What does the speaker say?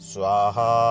Swaha